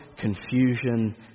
confusion